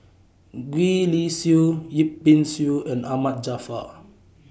Gwee Li Sui Yip Pin Xiu and Ahmad Jaafar